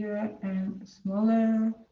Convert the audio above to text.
and smaller.